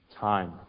time